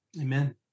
amen